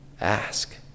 ask